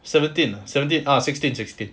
seventeen seventeen uh sixteen sixteen